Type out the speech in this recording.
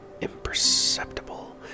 imperceptible